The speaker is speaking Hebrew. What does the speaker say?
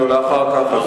היא עולה אחר כך,